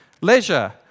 leisure